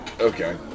okay